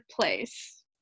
place